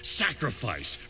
sacrifice